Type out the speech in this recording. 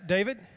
David